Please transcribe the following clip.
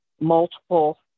multiple